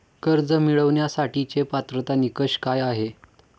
कर्ज मिळवण्यासाठीचे पात्रता निकष काय आहेत?